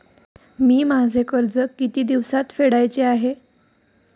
मी माझे कर्ज किती दिवसांत फेडायचे आहे?